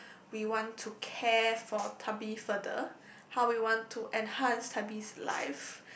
we want to care for Tubby further how we want to enhance Tubby's life